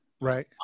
right